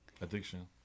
Addiction